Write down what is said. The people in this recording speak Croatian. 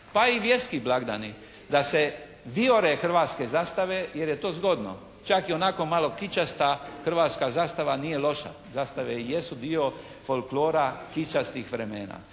pa i vjerski blagdani, da se vijore hrvatske zastave jer je to zgodno. Čak i onako malo kičasta hrvatska zastava nije loša. Zastave i jesu dio folklora, kičastih vremena.